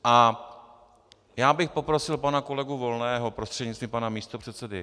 A já bych poprosil pana kolegu Volného prostřednictvím pana místopředsedy.